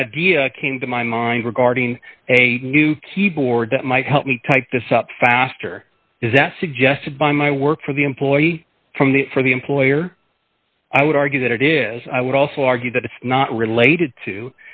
an idea came to my mind regarding a new keyboard that might help me type this up faster is that suggested by my work for the employee from the for the employer i would argue that it is i would also argue that it's not related to